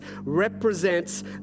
represents